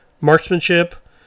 marksmanship